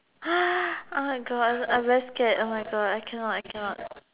oh my god I I very scared oh my god I cannot I cannot